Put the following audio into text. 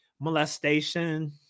molestation